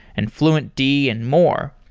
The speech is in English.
and fluentd and more.